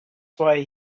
why